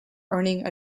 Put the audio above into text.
earning